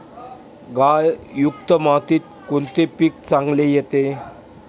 गाळयुक्त मातीत कोणते पीक चांगले येते?